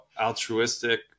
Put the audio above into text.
altruistic